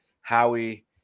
Howie